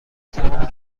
تمام